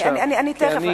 אם אפשר,